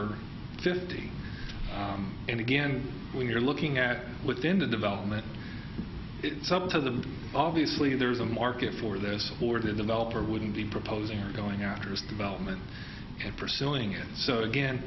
or fifty and again when you're looking at within the development it's up to them obviously there's a market for this or that developer wouldn't be proposing or going after his development and pursuing it so again